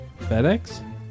FedEx